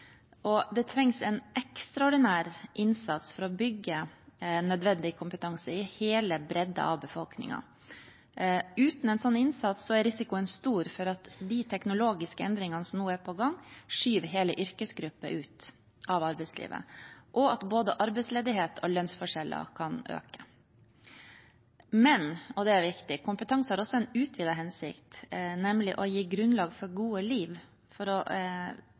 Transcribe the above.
og det trengs en ekstraordinær innsats for å bygge nødvendig kompetanse i hele bredden av befolkningen. Uten en slik innsats er risikoen stor for at de teknologiske endringene som nå er på gang, skyver hele yrkesgrupper ut av arbeidslivet, og at både arbeidsledighet og lønnsforskjeller kan øke. Men – og det er viktig – kompetanse har også en utvidet hensikt, nemlig å gi grunnlag for gode liv, for å